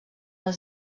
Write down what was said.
les